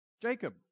Jacob